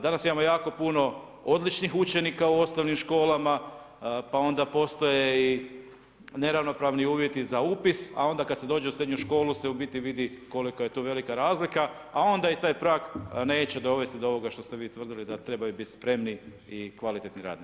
Danas imamo jako puno odličnih učenika u osnovnim školama, pa onda postoje i neravnopravni uvjeti za upis, a onda kad se dođe u srednju školu se u biti vidi kolika je tu velika razlika, a onda i taj prag neće dovesti do ovoga što ste vi tvrdili da trebaju biti spremni i kvalitetni radnici.